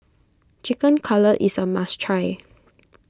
Chicken Cutlet is a must try